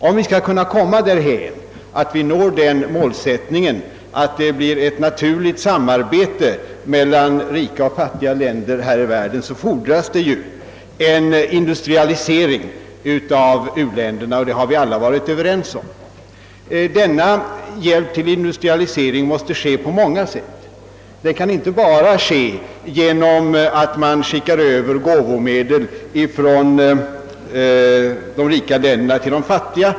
Om vi skall kunna komma dithän, att vi når den målsättningen och åstadkommer ett naturligt samarbete mellan rika och fattiga länder i världen, fordras en industrialisering av u-länderna. Den saken har vi alla varit överens om, Denna hjälp till industrialisering måste ges på många sätt. Den kan inte bara ske genom att man skickar över gåvomedel från de rika länderna till de fattiga.